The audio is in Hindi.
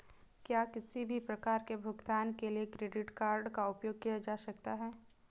क्या किसी भी प्रकार के भुगतान के लिए क्रेडिट कार्ड का उपयोग किया जा सकता है?